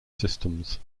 systems